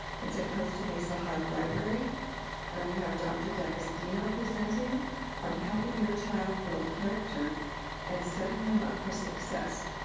it's at costa mesa high library and we have dr. d'agostino presenting on helping your child build character and setting them up for success.